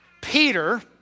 Peter